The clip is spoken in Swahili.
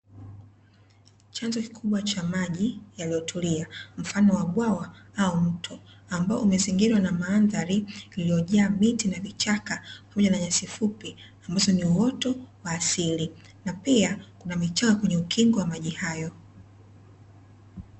Chanzo kikubwa cha maji yaliyotulia mfano wa bwawa au mto, ambao umezingirwa na mandhari iliyojaa miti na vichaka pamoja na nyasi fupi ambazo ni uoto wa asili, na pia kuna vichaka kwenye ukingo wa maji hayo.